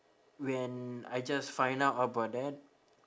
when I just find out about that